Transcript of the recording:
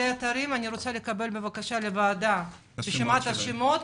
רוצה לקבל לוועדה את רשימת השמות